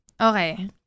Okay